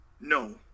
No